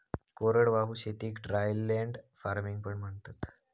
कोरडवाहू शेतीक dryland farming पण बोलतात